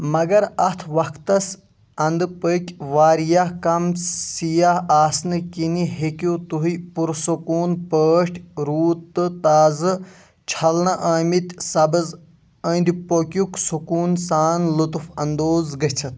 مگر اتھ وقتس انٛدٕ پٔکۍ واریاہ کم سیاح آسنہٕ كِنہِ ہیٚکِو تُہۍ پُرسکوٗن پٲٹھۍ روٗد تہٕ تازٕ چھلنہٕ ٲمٕتۍ سبٕز أند پٔكیُک سکوُن سان لطف اندوز گٔژھتھ